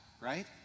right